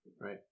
right